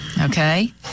okay